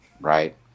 right